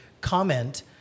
comment